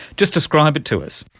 just describe it to us.